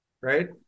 Right